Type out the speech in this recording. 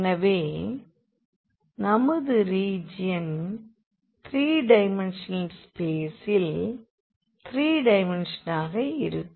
எனவே நமது region three dimensional ஸ்பேசில் த்ரீ டைமென்ஷனாக இருக்கும்